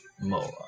more